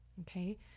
Okay